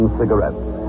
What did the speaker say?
cigarettes